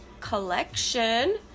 collection